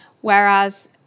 Whereas